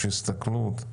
האם יש הסתכלות.